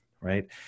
right